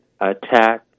attack